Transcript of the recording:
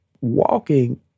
walking